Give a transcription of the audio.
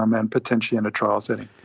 um and potentially in a trial setting.